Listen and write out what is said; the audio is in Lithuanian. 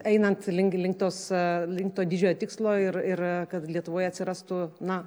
einant link link tos link to didžiojo tikslo ir ir kad lietuvoje atsirastų na